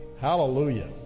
Hallelujah